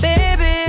Baby